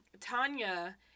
Tanya